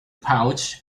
pouch